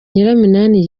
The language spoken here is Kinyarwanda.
nyiraminani